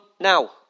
now